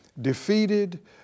defeated